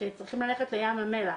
שצריכים ללכת לים המלח,